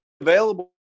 available